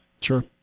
Sure